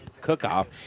Cook-Off